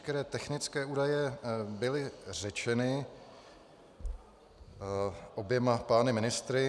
Veškeré technické údaje byly řečeny oběma pány ministry.